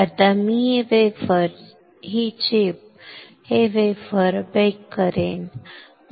आता मी वेफर ही चिप हे वेफर बेक करेन